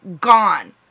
gone